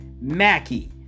Mackie